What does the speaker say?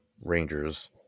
rangers